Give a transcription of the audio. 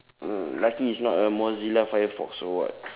mm lucky it's not a mozilla firefox or what